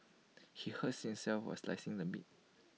he hurt himself while slicing the meat